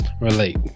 relate